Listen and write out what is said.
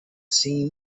seen